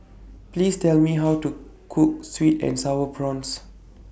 Please Tell Me How to Cook Sweet and Sour Prawns